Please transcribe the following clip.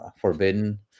Forbidden